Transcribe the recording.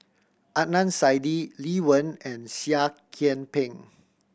Adnan Saidi Lee Wen and Seah Kian Peng